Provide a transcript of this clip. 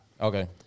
Okay